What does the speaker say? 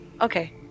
Okay